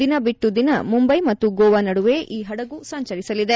ದಿನ ಬಿಟ್ಟು ದಿನ ಮುಂಬೈ ಮತ್ತು ಗೋವಾ ನಡುವೆ ಈ ಹಡಗು ಸಂಚರಿಸಲಿದೆ